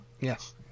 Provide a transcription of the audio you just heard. Yes